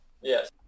Yes